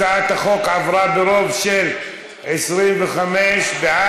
הצעת החוק עברה ברוב של 25 בעד,